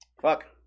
fuck